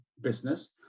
business